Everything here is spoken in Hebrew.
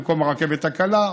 במקום הרכבת הקלה,